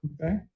Okay